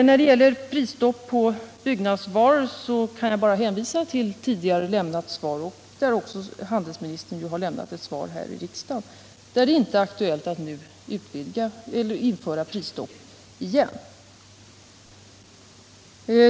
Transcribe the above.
När det gäller prisstopp på byggnadsvaror kan jag bara hänvisa till tidigare lämnat svar. Även handelsministern har lämnat ett svar här i riksdagen och angett att det inte är aktuellt att införa prisstopp igen.